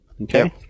Okay